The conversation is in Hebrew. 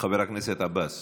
חבר הכנסת עבאס,